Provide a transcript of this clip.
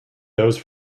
those